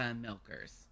milkers